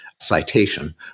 citation